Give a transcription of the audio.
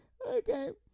Okay